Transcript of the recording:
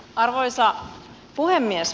arvoisa puhemies